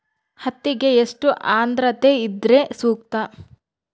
ಹತ್ತಿಗೆ ಎಷ್ಟು ಆದ್ರತೆ ಇದ್ರೆ ಸೂಕ್ತ?